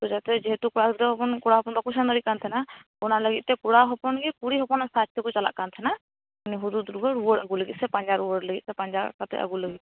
ᱛᱚ ᱡᱟᱛᱮ ᱡᱮᱦᱮᱛᱩ ᱠᱚᱲᱟᱜᱤᱫᱽᱨᱟᱹ ᱠᱚᱲᱟᱦᱚᱯᱚᱱ ᱵᱟᱠᱚ ᱥᱮᱱ ᱫᱟᱲᱮᱭᱟᱜ ᱠᱟᱱ ᱛᱟᱦᱮᱱᱟ ᱚᱱᱟ ᱞᱟ ᱜᱤᱫ ᱛᱮ ᱠᱚᱲᱟᱦᱚᱯᱚᱱ ᱜᱮ ᱠᱩᱲᱤ ᱦᱚᱯᱚᱱᱟᱜ ᱥᱟᱡ ᱛᱮᱠᱚ ᱪᱟᱞᱟᱜ ᱠᱟᱱ ᱛᱟᱦᱮᱱᱟ ᱩᱱᱤ ᱦᱩᱫᱩᱲᱫᱩᱨᱜᱟ ᱨᱩᱣᱟ ᱲ ᱟ ᱜᱩ ᱞᱟ ᱜᱤᱫ ᱥᱮ ᱯᱟᱸᱡᱟ ᱨᱩᱣᱟ ᱲ ᱞᱟ ᱜᱤᱫ ᱥᱮ ᱯᱟᱸᱡᱟ ᱠᱟᱛᱮ ᱟ ᱜᱩ ᱞᱟ ᱜᱤᱫ